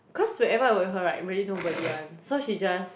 cause wherever I with her right really nobody [one] so she just